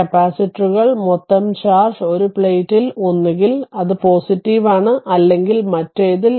കപ്പാസിറ്ററുകൾ മൊത്തം ചാർജ് ഒരു പ്ലേറ്റിൽ ഒന്നുകിൽ അത് ആണ് അല്ലെങ്കിൽ മറ്റേതിൽ